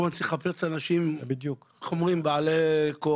צריך לחפש כל הזמן אנשים בעלי כוח,